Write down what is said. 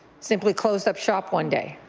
simply closed up shop one day.